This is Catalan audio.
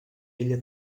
ella